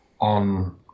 on